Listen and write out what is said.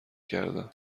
کردم